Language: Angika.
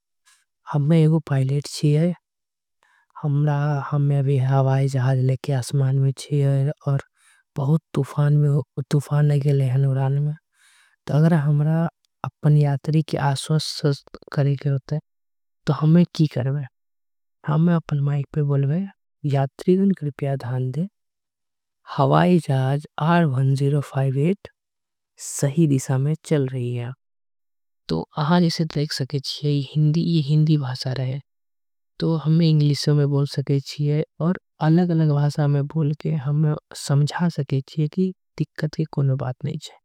हमें एगो पायलट छीये आऊर हम हवाई जहाज लेके। आसमान में छीये अगर उड़ान में बहुत तूफान आ गईले। त हम अपन यात्री के आश्वासन करे के होते त हम अपन। माइक में बोलबे यात्रीगण कृपया ध्यान दे हवाई जहाज। सही दिशा में चल रही है तो अहा देख छीये रहे की ये हिंदी। भाषा हे तो हम इंग्लिश में बोल सके छीये और अलग अलग। भाषा में समझा सके छीये की दिक्कत के कोनो बात नई हे।